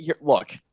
Look